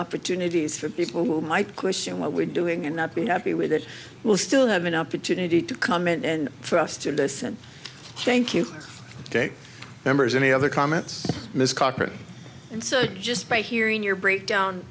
opportunities for people who might question what we're doing and not be happy with it we'll still have an opportunity to comment and for us to dissent thank you members any other comments ms cochran and so just by hearing your breakdown